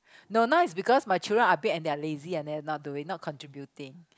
no now is because my children are big and they are lazy and they are not doing not contributing